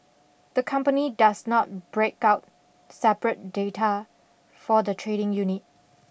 the company does not break out separate data for the trading unit